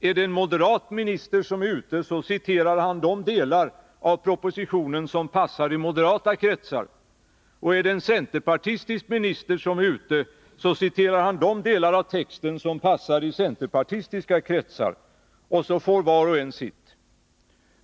Är det en moderat minister som är ute och talar, så citerar han de delar av propositionen som passar i moderata kretsar, men är det en centerpartistisk minister, så citerar han de delar av texten som passar i centerpartistiska kretsar, och så får var och en sitt.